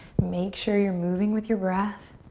make sure you're moving with your breath.